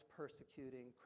persecuting